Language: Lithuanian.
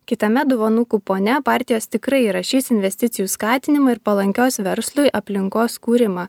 kitame dovanų kupone partijos tikrai įrašys investicijų skatinimą ir palankios verslui aplinkos kūrimą